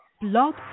Blog